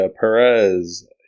Perez